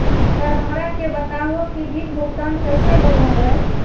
Sir हमरा के बता हो कि बिल भुगतान कैसे होबो है?